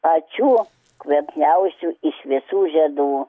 pačių kvapniausiu iš visų žiedų